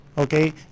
okay